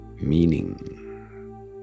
meaning